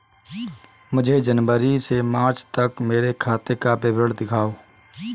मुझे जनवरी से मार्च तक मेरे खाते का विवरण दिखाओ?